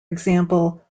example